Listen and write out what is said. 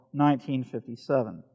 1957